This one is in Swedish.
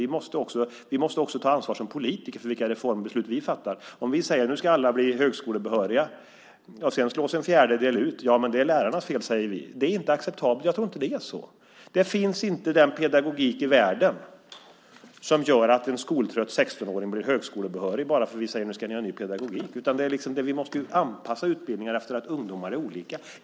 Vi måste också ta ansvar som politiker för vilka reformbeslut vi fattar. Om vi säger att nu ska alla bli högskolebehöriga och sedan slås en fjärdedel ut säger ni att det är lärarnas fel. Det är inte acceptabelt. Jag tror inte att det är så. Det finns inte den pedagogik i världen som gör att en skoltrött 16-åring blir högskolebehörig bara för att vi säger att nu ska ni ha en ny pedagogik. Vi måste liksom anpassa utbildningen efter att ungdomar är olika.